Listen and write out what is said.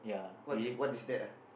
what's what is that ah